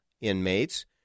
inmates